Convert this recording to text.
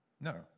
No